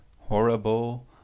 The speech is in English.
horrible